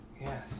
yes